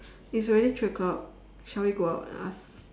it's already three o-clock shall we go out and ask